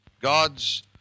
God's